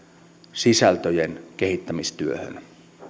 sisältöjen kehittämistyöhön